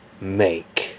Make